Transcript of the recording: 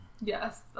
Yes